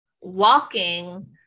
walking